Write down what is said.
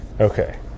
Okay